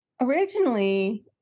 originally